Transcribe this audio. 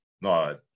no